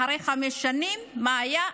אחרי חמש שנים, מה היה?